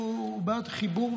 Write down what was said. תודה,